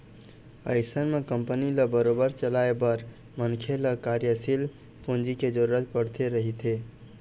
अइसन म कंपनी ल बरोबर चलाए बर मनखे ल कार्यसील पूंजी के जरुरत पड़ते रहिथे